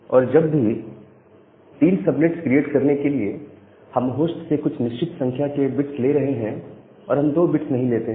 अब जब भी 3 सबनेट्स क्रिएट करने के लिए हम होस्ट से कुछ निश्चित संख्या के बिट्स ले रहे हैं और हम 2 बिट्स नहीं लेते हैं